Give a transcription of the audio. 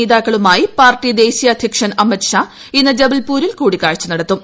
നേതാക്കളുമായി പാർട്ടി ദേശീയ അധ്യക്ഷൻ അമിത്ഷാ ഇന്ന് ജബൽപൂതിൽ കൂടിക്കാഴ്ച നടത്തും